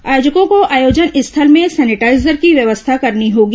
आयोजकों को आयोजन स्थल में सैनिटाईजर की व्यवस्था करनी होगी